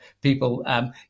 people